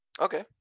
okay